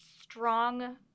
strong